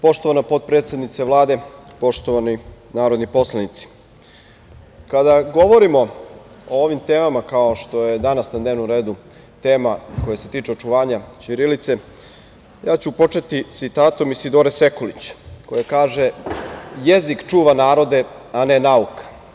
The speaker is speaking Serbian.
Poštovana potpredsednice Vlade, poštovani narodni poslanici, kada govorimo o ovim temama kao što je danas na dnevnom redu tema koja se tiče očuvanja ćirilice, ja ću početi citatom Isidore Sekulić koja kaže: „Jezik čuva narode, a ne nauka.